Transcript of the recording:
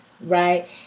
right